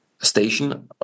station